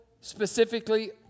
specifically